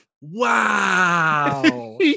wow